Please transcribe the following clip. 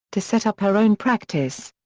to set up her own practice.